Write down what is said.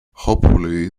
hopefully